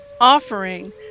offering